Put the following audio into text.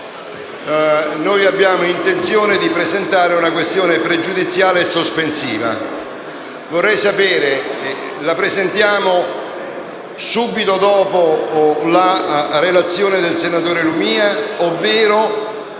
Noi abbiamo intenzione di presentare una questione pregiudiziale e una sospensiva: vorrei sapere se le dobbiamo presentare subito dopo la relazione del senatore Lumia - lo